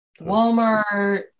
Walmart